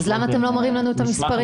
אז למה אתם לא מראים לנו את המספרים?